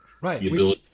right